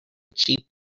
cheap